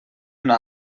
una